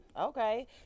Okay